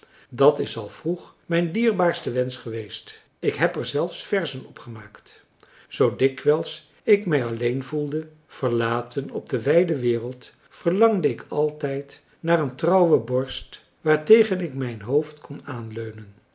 dat is al vroeg mijn dierbaarste wensch geweest ik heb er zelfs verzen opgemaakt zoo dikwijls ik mij alleen voelde verlaten op de wijde wereld verlangde ik altijd naar een trouwe borst waartegen ik mijn hoofd kon aanleunen